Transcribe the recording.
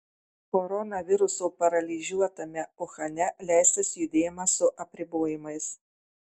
koronaviruso paralyžiuotame uhane leistas judėjimas su apribojimais